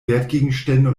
wertgegenstände